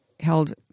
held